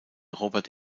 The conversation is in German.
robert